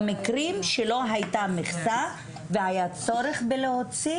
במקרים שלא הייתה מכסה והיה צורך בלהוציא,